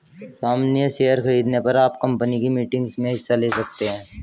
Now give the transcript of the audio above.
सामन्य शेयर खरीदने पर आप कम्पनी की मीटिंग्स में हिस्सा ले सकते हैं